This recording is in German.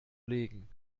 legen